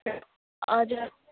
हजुर